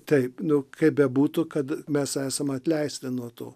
taip nu kaip bebūtų kad mes esam atleisti nuo to